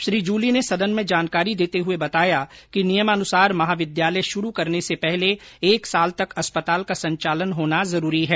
श्री जूली ने सदन में जानकारी देते हुए बताया कि नियमानसार महाविद्यालय शरू करने से पहले एक साल तक अस्पताल का संचालन होना जरूरी है